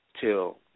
till